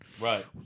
Right